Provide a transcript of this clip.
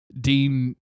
Dean